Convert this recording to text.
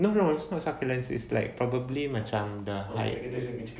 no no is not succulent it's like probably macam the height